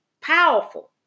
powerful